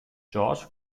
george